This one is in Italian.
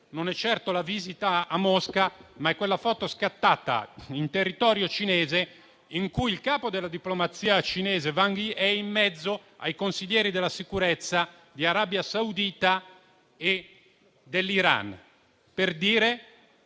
non è certo la visita a Mosca, ma la foto scattata in territorio cinese in cui il capo della diplomazia cinese, Wang Yi, è in mezzo ai consiglieri della sicurezza di Arabia Saudita e Iran. Questo